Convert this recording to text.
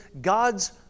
God's